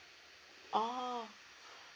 oh